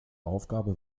aufgabe